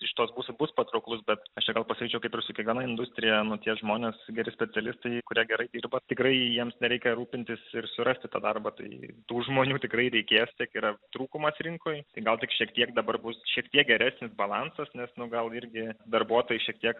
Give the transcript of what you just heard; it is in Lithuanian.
iš tos pusės bus patrauklus bet aš gal pasakyčiau kaip ir su kiekviena industrija anokie žmonės geri specialistai kurie gerai dirba tikrai jiems nereikia rūpintis ir surasti tą darbą tai tų žmonių tikrai reikės tik yra trūkumas rinkoje gal tik šiek tiek dabar bus šiek tiek geresnis balansas nes nu gal irgi darbuotojai šiek tiek